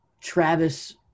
Travis –